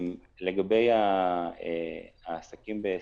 לגבי העסקים בסיכון,